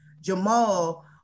Jamal